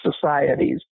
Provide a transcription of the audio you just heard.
societies